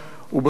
ובכל זאת,